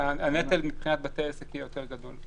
הנטל מבחינת בתי העסק יהיה יותר גדול.